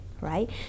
right